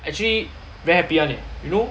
actually very happy [one] leh you know